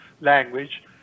language